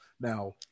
Now